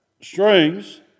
strings